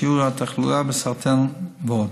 שיעור התחלואה בסרטן ועוד.